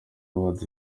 awards